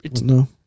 no